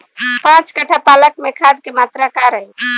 पाँच कट्ठा पालक में खाद के मात्रा का रही?